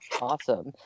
awesome